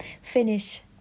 finish